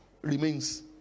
remains